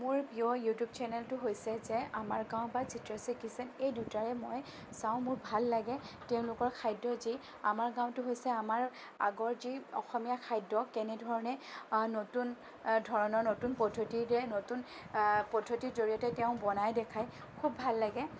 মোৰ প্ৰিয় ইউটিউব চেনেলটো হৈছে যে আমাৰ গাওঁ বা চিত্ৰাচি কিটচেন এই দুয়োটাৰে মই চাওঁ মোৰ ভাললাগে তেওঁলোকৰ খাদ্য যি আমাৰ গাওঁটো হৈছে আমাৰ আগৰ যি অসমীয়া খাদ্য কেনেধৰণে নতুন ধৰণৰ নতুন পদ্ধতিৰে নতুন পদ্ধতিৰ জৰিয়তে তেওঁ বনাই দেখুৱাই খুব ভাললাগে